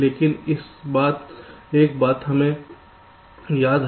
लेकिन एक बात हमें याद है